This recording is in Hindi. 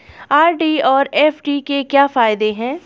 आर.डी और एफ.डी के क्या फायदे हैं?